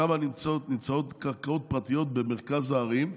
שם נמצאות קרקעות פרטיות במרכז הערים,